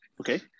Okay